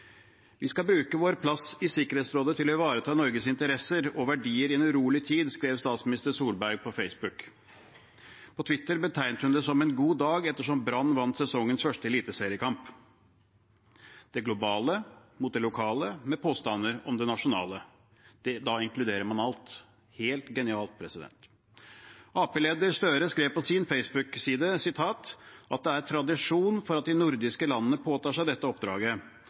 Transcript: Vi skal bruke vår plass i Sikkerhetsrådet til å ivareta Norges interesser og verdier i en urolig tid, skrev statsminister Solberg på Facebook. På Twitter betegnet hun det som en god dag ettersom Brann vant sesongens første eliteseriekamp. Det globale mot det lokale, med påstander om det nasjonale – da inkluderer man alt. Helt genialt! Arbeiderparti-leder Jonas Gahr Støre skrev på sin Facebook-side: «Det er tradisjon for at de nordiske landene påtar seg dette oppdraget»